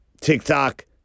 TikTok